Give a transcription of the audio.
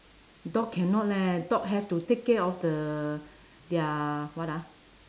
dog cannot leh dog have to take care of the their what ah